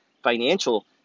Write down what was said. Financial –